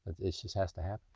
it just has to happen.